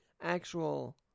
Actual